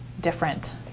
different